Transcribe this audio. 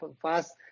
fast